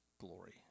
glory